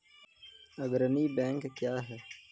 अग्रणी बैंक क्या हैं?